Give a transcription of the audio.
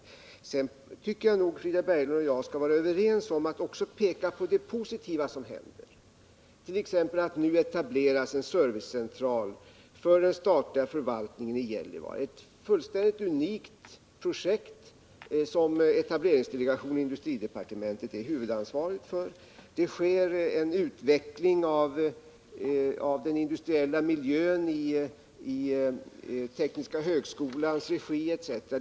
Jag tycker att Frida Berglund och jag borde vara överens om att också peka på det positiva som händer, t.ex. att det nu etableras en servicecentral för den statliga förvaltningen i Gällivare — ett fullständigt unikt projekt, som etableringsdelegationen i industridepartementet är huvudansvarig för. En utveckling av den industriella miljön sker i tekniska högskolans regi etc.